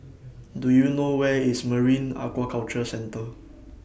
Do YOU know Where IS Marine Aquaculture Centre